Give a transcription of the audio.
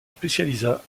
spécialisa